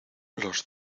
los